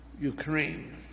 Ukraine